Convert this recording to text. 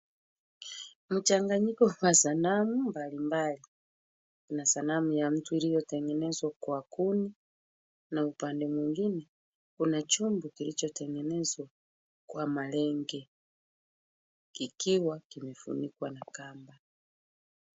Mchanganyiko wa sanamu mbalimbali. Kuna sanamu ya mtu iliyotengenezwa kwa kuni na upande mwingine kuna chombo kilichotengenezwa kwa malenge, kikiwa kimefunikwa na kamba